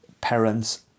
Parents